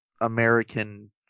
American